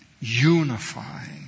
unifying